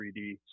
3d